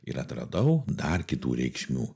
ir atradau dar kitų reikšmių